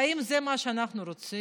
האם זה מה שאנחנו רוצים?